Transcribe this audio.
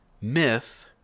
Myth